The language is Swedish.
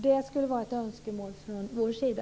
Det skulle vara ett önskemål från vår sida.